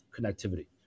connectivity